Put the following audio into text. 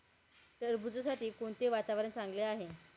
टरबूजासाठी कोणते वातावरण चांगले आहे?